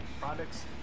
products